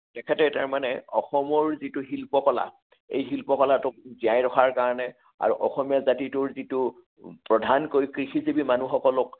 তেখেতে তাৰমানে অসমৰ যিটো শিল্পকলা এই শিল্পকলাটোক জীয়াই ৰখাৰ কাৰণে আৰু অসমীয়া জাতিটোৰ যিটো প্ৰধানকৈ কৃষিজীৱী মানুহসকলক